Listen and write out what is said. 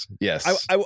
Yes